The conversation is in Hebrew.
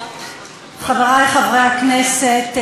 חברי חברי הכנסת,